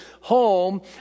home